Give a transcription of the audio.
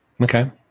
Okay